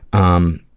um,